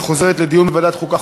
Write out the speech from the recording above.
היא חוזרת לדיון בוועדת חוקה,